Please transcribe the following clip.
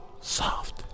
soft